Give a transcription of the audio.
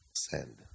Send